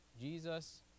Jesus